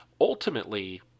Ultimately